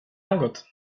något